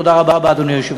תודה רבה, אדוני היושב-ראש.